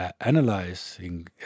analyzing